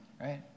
right